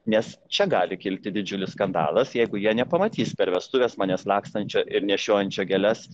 nes čia gali kilti didžiulis skandalas jeigu jie nepamatys per vestuves manęs lakstančio ir nešiojančio gėles